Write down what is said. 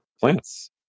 plants